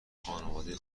خانواده